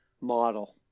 model